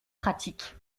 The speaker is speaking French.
pratique